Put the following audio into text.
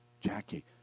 Jackie